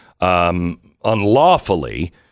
unlawfully